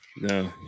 No